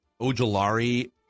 Ojolari